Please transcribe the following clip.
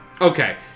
Okay